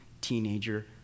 teenager